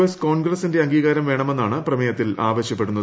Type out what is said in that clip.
S കോൺഗ്രസിന്റെ അംഗീകാരം വേണമെന്നാണ് പ്രമേയത്തിൽ ആവശ്യപ്പെടുന്നത്